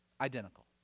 identical